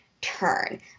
turn